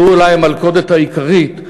זו אולי המלכודת העיקרית.